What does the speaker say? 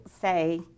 say